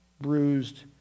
bruised